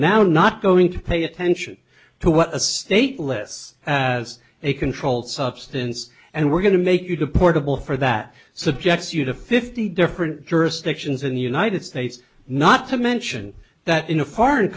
now not going to pay attention to what a state less as a controlled substance and we're going to make you deportable for that subjects you to fifty different jurisdictions in the united states not to mention that in a foreign